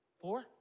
Four